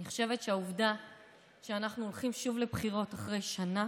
אני חושבת שהעובדה שאנחנו הולכים שוב לבחירת אחרי שנה